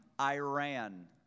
Iran